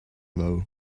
though